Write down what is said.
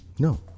No